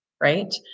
right